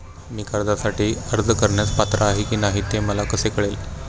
मी कर्जासाठी अर्ज करण्यास पात्र आहे की नाही हे मला कसे कळेल?